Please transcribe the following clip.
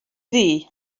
ddu